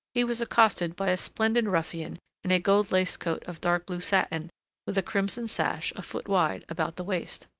he was accosted by a splendid ruffian in a gold-laced coat of dark-blue satin with a crimson sash, a foot wide, about the waist.